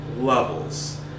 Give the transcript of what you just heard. levels